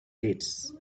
gates